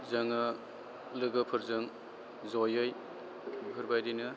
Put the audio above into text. जोङो लोगोफोरजों जयै बेफोरबायदिनो